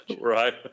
right